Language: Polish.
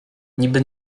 niby